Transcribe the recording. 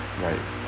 like